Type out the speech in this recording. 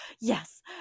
yes